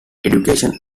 education